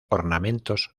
ornamentos